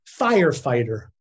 firefighter